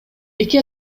эки